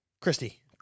Christy